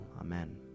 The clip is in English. Amen